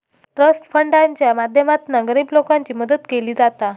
trust फंडाच्या माध्यमातना गरीब लोकांची मदत केली जाता